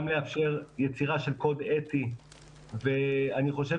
גם לאפשר יצירה של קוד אתי ואני חושב